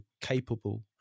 capable